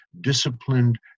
disciplined